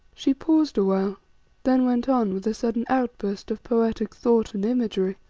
she paused awhile then went on with a sudden outburst of poetic thought and imagery.